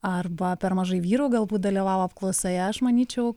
arba per mažai vyrų galbūt dalyvavo apklausoje aš manyčiau